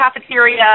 cafeteria